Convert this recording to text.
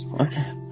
Okay